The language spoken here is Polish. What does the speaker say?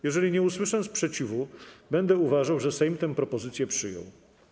Jeżeli nie usłyszę sprzeciwu, będę uważał, że Sejm propozycje przyjął.